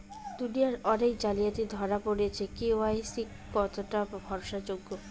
দুনিয়ায় অনেক জালিয়াতি ধরা পরেছে কে.ওয়াই.সি কতোটা ভরসা যোগ্য?